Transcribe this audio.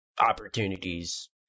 opportunities